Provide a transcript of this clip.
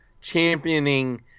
championing